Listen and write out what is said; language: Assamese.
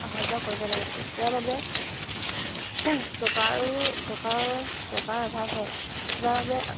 অহা যোৱা কৰিব লাগে ইয়াৰ বাবে টকাৰো টকাৰৰো টকাৰ অভাৱ হয় যাৰ বাবে